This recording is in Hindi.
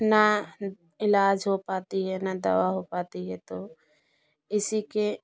ना इलाज हो पाती है ना दवा हो पाती है तो इसी के